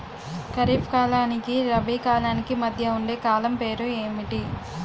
ఖరిఫ్ కాలానికి రబీ కాలానికి మధ్య ఉండే కాలం పేరు ఏమిటి?